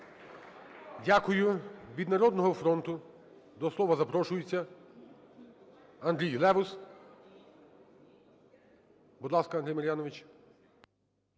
Дякую. Від "Народного фронту" до слова запрошується Андрій Левус. Будь ласка, Андрію Мар'яновичу.